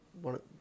one